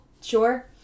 sure